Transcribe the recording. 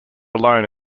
alone